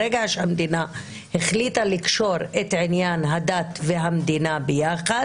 ברגע שהמדינה החליטה לקשור את עניין הדת והמדינה ביחד,